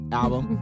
album